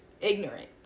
ignorant